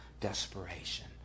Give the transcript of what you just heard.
desperation